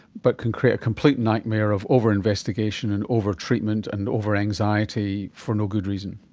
but can create a complete nightmare of over-investigation and over-treatment and over-anxiety for no good reason.